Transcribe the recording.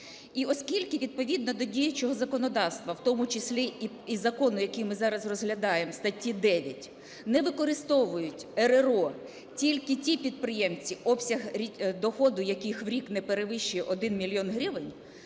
І оскільки відповідно до діючого законодавства, в тому числі і закону, який ми зараз розглядаємо, статті 9, не використовують РРО тільки ті підприємці, обсяг доходу яких в рік не перевищує 1 мільйон гривень,